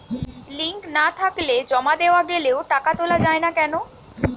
Link না থাকলে জমা দেওয়া গেলেও টাকা তোলা য়ায় না কেন?